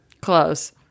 close